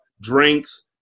drinks